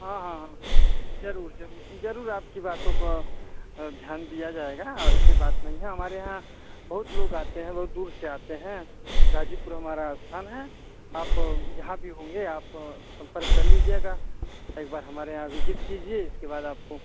हाँ हाँ हाँ जरूर जरूर जरूर आपकी बातों को ध्यान दिया जाएगा और ऐसी बात नहीं है हमारे यहाँ बहुत लोग आते हैं बहुत दूर से आते हैं गाजीपुर हमारा स्थान है आप जहाँ भी होंगे आप संपर्क कर लीजिएगा एक बार हमारे यहाँ विजिट कीजिए इसके बाद आपको